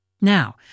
Now